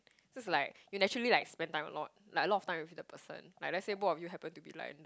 just like you naturally like spend time a lot like a lot time with the person like let say both of you happen to be like in the